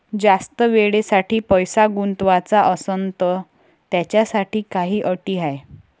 जास्त वेळेसाठी पैसा गुंतवाचा असनं त त्याच्यासाठी काही अटी हाय?